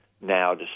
now